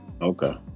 okay